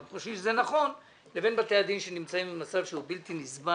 אנחנו חושבים שזה נכון לבין בתי הדין שנמצאים במצב שהוא בלתי נסבל,